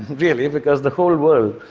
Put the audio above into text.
really, because the whole world,